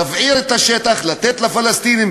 להבעיר את השטח, לתת לפלסטינים